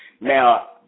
Now